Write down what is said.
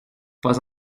pas